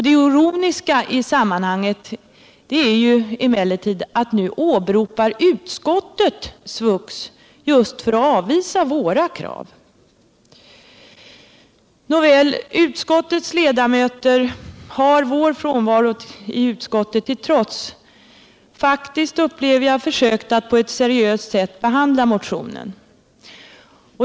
Det ironiska i sammanhanget är emellertid att utskottet nu åberopar SVUX just för att avvisa våra krav. Nåväl, utskottets ledamöter har trots vår frånvaro i utskottet faktiskt försökt att på ett seriöst sätt behandla motionen.